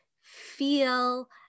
feel